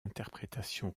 interprétation